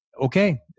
Okay